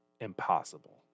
impossible